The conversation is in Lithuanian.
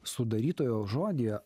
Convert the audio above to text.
sudarytojo žodyje